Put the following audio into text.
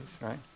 right